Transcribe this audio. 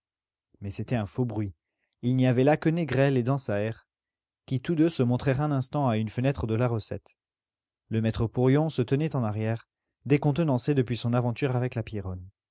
mais c'était un faux bruit il n'y avait là que négrel et dansaert qui tous deux se montrèrent un instant à une fenêtre de la recette le maître porion se tenait en arrière décontenancé depuis son aventure avec la